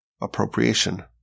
appropriation